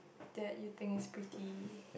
that you think is pretty